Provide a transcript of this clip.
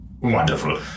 Wonderful